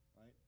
right